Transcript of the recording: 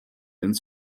ins